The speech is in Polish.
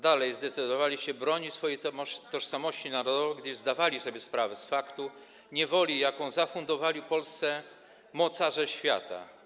Dalej zdecydowali się bronić swojej tożsamości narodowej, gdyż zdawali sobie sprawę z faktu niewoli, jaką zafundowali Polsce mocarze świata.